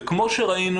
וכמו שראינו,